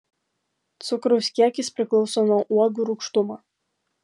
cukraus kiekis priklauso nuo uogų rūgštumo